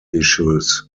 issues